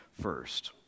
first